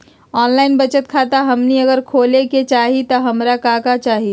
Online बचत खाता हमनी अगर खोले के चाहि त हमरा का का चाहि?